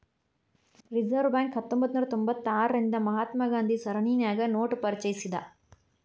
reserve Bank ಹತ್ತೊಂಭತ್ನೂರಾ ತೊಭತಾರ್ರಿಂದಾ ರಿಂದ ಮಹಾತ್ಮ ಗಾಂಧಿ ಸರಣಿನ್ಯಾಗ ನೋಟ ಪರಿಚಯಿಸೇದ್